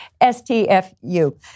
S-T-F-U